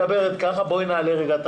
בואי נעלה רגע את